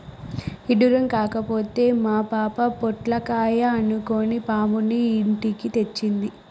ఇడ్డురం కాకపోతే మా పాప పొట్లకాయ అనుకొని పాముని ఇంటికి తెచ్చింది